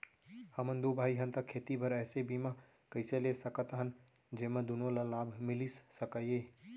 हमन दू भाई हन ता खेती बर ऐसे बीमा कइसे ले सकत हन जेमा दूनो ला लाभ मिलिस सकए?